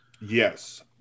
yes